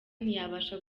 ntiyabasha